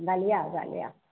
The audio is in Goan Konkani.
घाल्या घाल्या